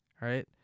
right